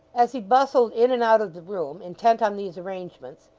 as he bustled in and out of the room, intent on these arrangements,